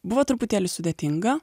buvo truputėlį sudėtinga